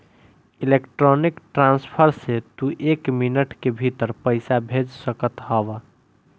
electronic transfer से तू एक मिनट के भीतर पईसा भेज सकत हवअ